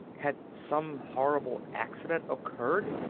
had some horrible accident occurred?